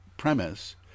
Premise